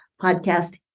podcast